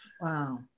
Wow